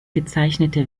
gezeichnete